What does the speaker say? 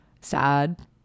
sad